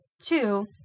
Two